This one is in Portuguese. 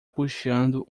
puxando